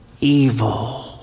evil